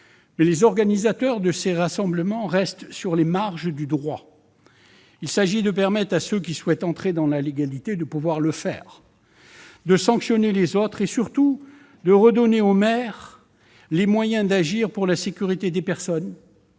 mais les organisateurs de ces rassemblements restent aux marges du droit. Il s'agit de permettre à ceux qui souhaitent rentrer dans la légalité de le faire, de sanctionner les autres et, surtout, de redonner aux maires les moyens d'agir pour la sécurité des personnes,